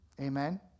Amen